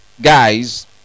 guys